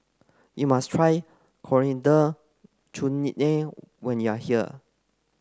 you must try Coriander Chutney when you are here